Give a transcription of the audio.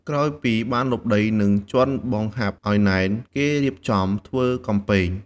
ក្រោយពីបានលុបដី និងជាន់បង្ហាប់ឱ្យណែន គេរៀបចំធ្វើកំពែង។